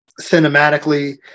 cinematically